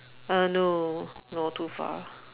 uh no no too far